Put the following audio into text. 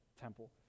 temple